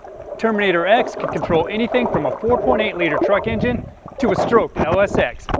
terminator x can control anything from a four point eight liter truck engine to a stroked lsx.